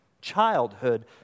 childhood